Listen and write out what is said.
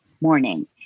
morning